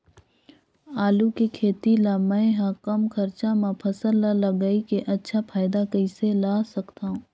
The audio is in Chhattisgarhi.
आलू के खेती ला मै ह कम खरचा मा फसल ला लगई के अच्छा फायदा कइसे ला सकथव?